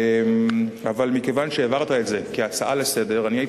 אבל מכיוון שהעברת את זה להצעה לסדר-היום,